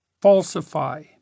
falsify